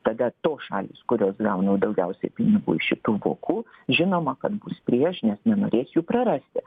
tada tos šalys kurios gauna daugiausiai pinigų iš šitų vokų žinoma kad bus prieš nes nenorės jų prarasti